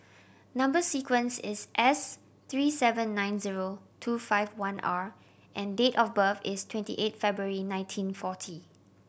number sequence is S three seven nine zero two five one R and date of birth is twenty eight February nineteen forty